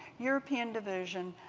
european division,